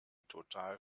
total